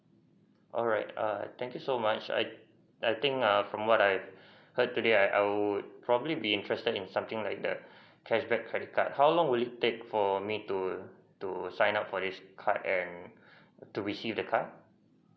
alright err thank you so much I I think err from what I heard today I I would probably be interested in something like the cash back credit card how long would it take for me to to sign up for this card and to receive the card